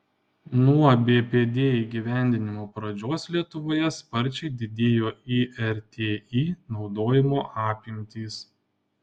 nuo bpd įgyvendinimo pradžios lietuvoje sparčiai didėjo irti naudojimo apimtys